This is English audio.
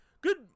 Good